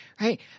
right